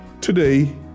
Today